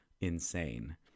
insane